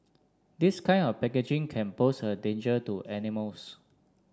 this kind of packaging can pose a danger to animals